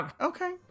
okay